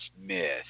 Smith